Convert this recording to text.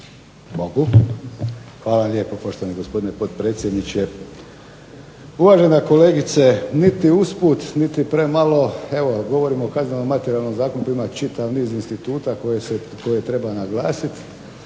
Hvala lijepo poštovani gospodine potpredsjedniče. Uvažena kolegice niti usput, niti premalo evo govorimo o Kaznenom materijalnom zakonu koji ima čitav niz instituta koje treba naglasiti,